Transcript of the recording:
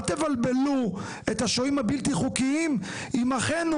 אל תבלבלו את השוהים הבלתי חוקיים עם אחינו